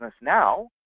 now